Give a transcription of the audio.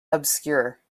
obscure